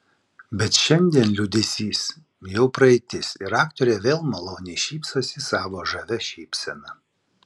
bet šiandien liūdesys jau praeitis ir aktorė vėl maloniai šypsosi savo žavia šypsena